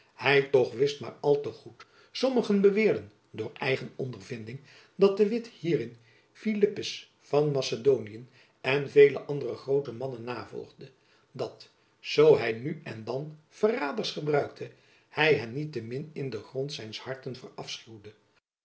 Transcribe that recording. hy toch wist jacob van lennep elizabeth musch maar al te goed sommigen beweerden door eigen ondervinding dat de witt hierin filippus van macedoniën en vele andere groote mannen navolgde dat zoo hy nu en dan verraders gebruikte hy hen niet te min in den grond zijns harten verafschuwde